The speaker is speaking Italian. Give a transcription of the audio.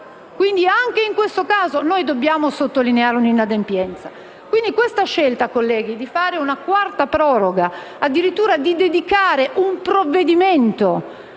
Quindi anche in questo caso dobbiamo sottolineare un'inadempienza.